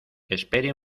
espere